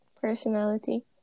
personality